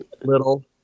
little